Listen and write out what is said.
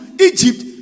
Egypt